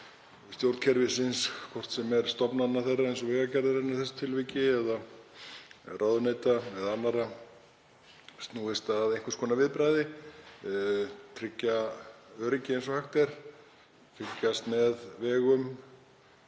stjórnkerfisins, hvort sem er stofnana þeirra eins og Vegagerðarinnar í þessu tilviki eða ráðuneyta eða annarra, snúist að einhvers konar viðbragði, að tryggja öryggi eins og hægt er, fylgjast með vegum